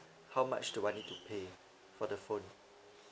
how much do I need to pay for the phone